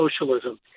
socialism